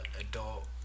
adult